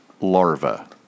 larva